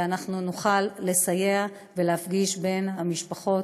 ונוכל לסייע ולהפגיש בין המשפחות,